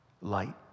light